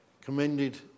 commended